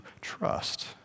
trust